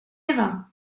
eva